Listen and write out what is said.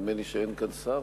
נדמה לי שאין כאן שר,